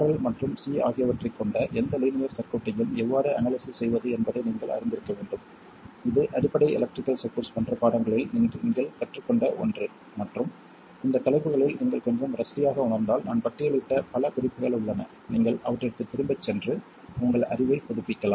RL மற்றும் C ஆகியவற்றைக் கொண்ட எந்த லீனியர் சர்க்யூட்டையும் எவ்வாறு அனாலிசிஸ் செய்வது என்பதை நீங்கள் அறிந்திருக்க வேண்டும் இது அடிப்படை எலக்ட்ரிகல் சர்க்யூட்ஸ் போன்ற பாடங்களில் நீங்கள் கற்றுக்கொண்ட ஒன்று மற்றும் இந்த தலைப்புகளில் நீங்கள் கொஞ்சம் ரஸ்டியாக உணர்ந்தால் நான் பட்டியலிட்ட பல குறிப்புகள் உள்ளன நீங்கள் அவற்றிற்குத் திரும்பிச் சென்று உங்கள் அறிவைப் புதுப்பிக்கலாம்